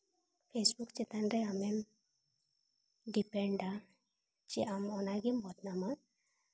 Facebook ᱪᱮᱛᱟᱱ ᱨᱮ ᱟᱢᱮᱢ ᱰᱤᱯᱮᱱᱰᱼᱟ ᱥᱮ ᱟᱢ ᱚᱱᱟᱜᱮᱢ ᱵᱚᱫᱱᱟᱢᱟ